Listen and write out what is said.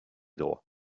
droits